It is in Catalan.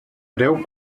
preu